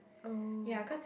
oh